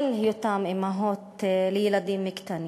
בשל היותן אימהות לילדים קטנים.